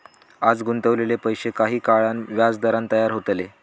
आज गुंतवलेले पैशे काही काळान व्याजदरान तयार होतले